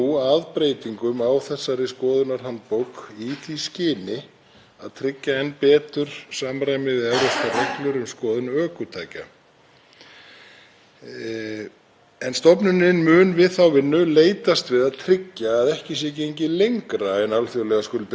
Stofnunin mun við þá vinnu leitast við að tryggja að ekki sé gengið lengra en alþjóðlegar skuldbindingar ríkisins gera kröfu um en þó er ljóst að skoðunarhandbókin mun að einhverju leyti fela í sér strangari kröfur en gerðar hafa verið til þessa.